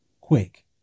quick